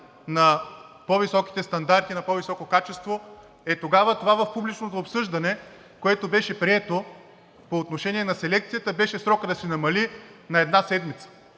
на по-високите стандарти, на по-високо качество? Е, тогава, това в публичното обсъждане, което беше прието по отношение на селекцията, беше срокът да се намали на една седмица.